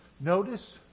Notice